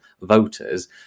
voters